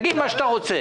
תגיד את מה שאתה רוצה.